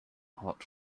hot